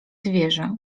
zwierzę